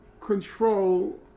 control